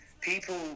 people